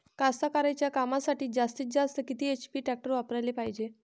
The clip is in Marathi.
कास्तकारीच्या कामासाठी जास्तीत जास्त किती एच.पी टॅक्टर वापराले पायजे?